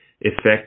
effect